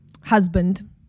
husband